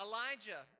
Elijah